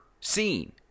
seen